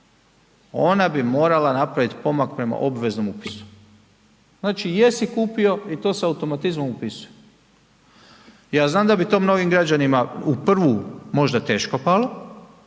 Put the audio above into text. ona bi morala napravit pomak prema obveznom upisu, znači jesi kupio, i to se automatizmom upisuje. Ja znam da bi to mnogim građanima u prvu možda teško palo